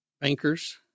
bankers